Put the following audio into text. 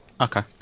Okay